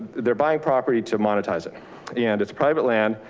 they're buying property to monetize it and it's private land,